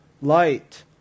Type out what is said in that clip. Light